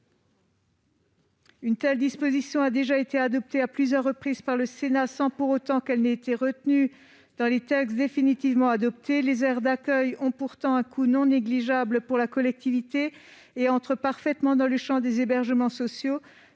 Une telle disposition a déjà été adoptée à plusieurs reprises par le Sénat, sans qu'elle ait été pour autant retenue dans les textes définitivement adoptés. Les aires d'accueil ont pourtant un coût non négligeable pour la collectivité et entrent parfaitement dans le champ des hébergements sociaux.